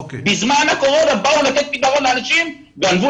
בזמן הקורונה באו לתת פתרון לאנשים וגנבו